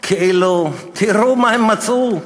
כאילו, תראו מה הם מצאו.